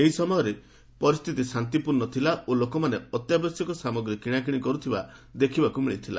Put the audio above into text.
ଏହି ସମୟରେ ପରିସ୍ଥିତି ଶାନ୍ତିପୂର୍ଣ୍ଣ ଥିଲା ଓ ଲୋକମାନେ ଅତ୍ୟାବଶ୍ୟକ ସାମଗ୍ରୀ କିଶାକିଣି କରୁଥିବା ଦେଖିବାକୁ ମିଳିଥିଲା